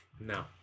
No